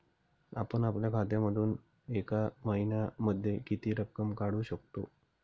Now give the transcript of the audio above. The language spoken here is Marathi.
आपण आपल्या खात्यामधून एका महिन्यामधे किती रक्कम काढू शकतो?